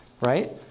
right